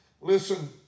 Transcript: Listen